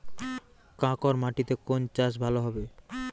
কাঁকর মাটিতে কোন চাষ ভালো হবে?